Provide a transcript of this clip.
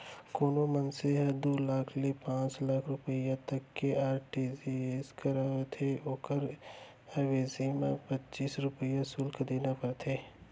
कोनों मनसे ह दू लाख ले पांच लाख रूपिया तक के आर.टी.जी.एस करावत हे त ओकर अवेजी म पच्चीस रूपया सुल्क देना परथे